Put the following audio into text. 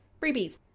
freebies